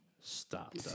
Stop